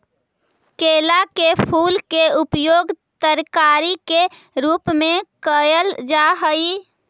केला के फूल के उपयोग तरकारी के रूप में कयल जा हई